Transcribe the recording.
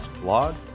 blog